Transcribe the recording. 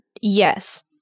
Yes